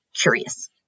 curious